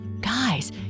Guys